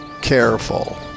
careful